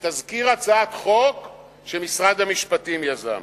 לתזכיר הצעת חוק שמשרד המשפטים יזם.